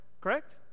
correct